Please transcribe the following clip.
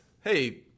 Hey